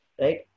right